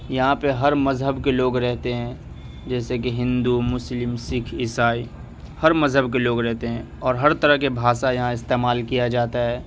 یہاں پہ ہر مذہب کے لوگ رہتے ہیں جیسے کہ ہندو مسلم سکھ عیسائی ہر مذہب کے لوگ رہتے ہیں اور ہر طرح کی بھاشا یہاں استعمال کیا جاتا ہے